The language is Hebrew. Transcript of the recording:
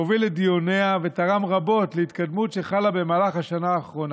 הוביל את דיוניה ותרם רבות להתקדמות שחלה במהלך השנה האחרונה.